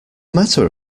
matter